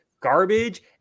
garbage